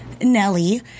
Nelly